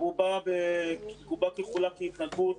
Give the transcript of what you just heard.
שרובן ככולן בהתנדבות